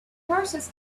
horses